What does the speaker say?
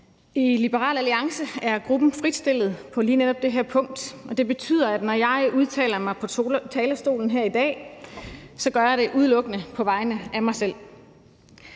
I Liberal Alliance er gruppen fritstillet på lige netop det her punkt, og det betyder, at når jeg udtaler mig på talerstolen her i dag, gør jeg det udelukkende på vegne af mig selv.